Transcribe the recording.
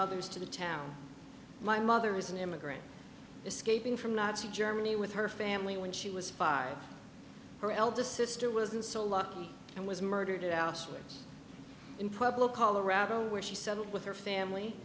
others to the town my mother is an immigrant escaping from nazi germany with her family when she was five her eldest sister wasn't so lucky and was murdered in pueblo colorado where she settled with her family